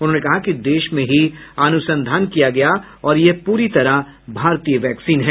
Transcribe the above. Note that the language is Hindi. उन्होंने कहा कि देश में ही अनुसंधान किया गया और यह पूरी तरह भारतीय वैक्सीन है